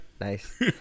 Nice